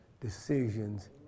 decisions